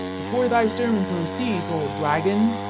before thy sermon proceeds, old dragon,